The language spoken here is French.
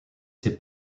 ses